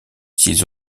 s’ils